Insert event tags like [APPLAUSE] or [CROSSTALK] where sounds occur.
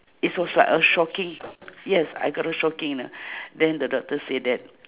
is was like a shocking yes I got a shocking lah [BREATH] then the doctor say that